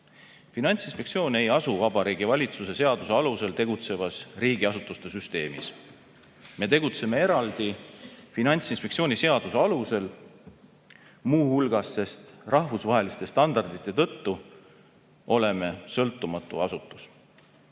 Finantsinspektsioon ei asu Vabariigi Valitsuse seaduse alusel tegutsevas riigiasutuste süsteemis. Me tegutseme eraldi Finantsinspektsiooni seaduse alusel, muu hulgas selle tõttu, et rahvusvaheliste standardite tõttu oleme sõltumatu asutus.